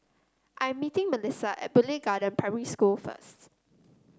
i am meeting Mellissa at Boon Lay Garden Primary School first